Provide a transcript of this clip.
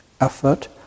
effort